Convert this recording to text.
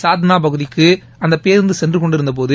சாத்னா பகுதிக்கு அந்தப் பேருந்து சென்ற கொண்டிருந்தபோது